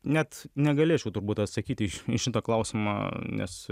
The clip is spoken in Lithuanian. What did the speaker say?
net negalėčiau turbūt atsakyti į šitą klausimą nes